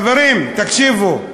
חברים, תקשיבו,